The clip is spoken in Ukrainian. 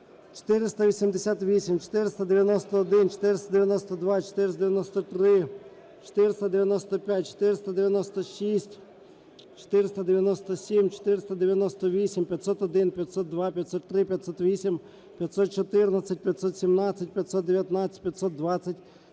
488, 491, 492, 493, 495, 496, 497, 498, 501, 502, 503, 508, 514, 517, 519, 520,